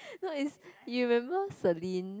no is you remember Celine